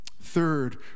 Third